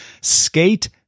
Skate